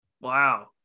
Wow